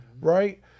right